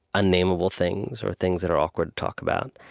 unnamable things or things that are awkward to talk about.